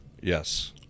yes